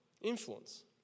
Influence